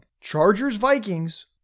Chargers-Vikings